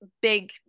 big